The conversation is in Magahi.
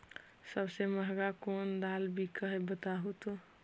सबसे महंगा कोन दाल बिक है बताहु तो?